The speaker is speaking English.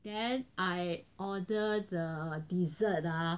then I order the dessert ah